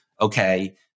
Okay